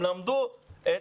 הם למדו את